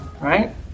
Right